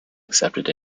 accepted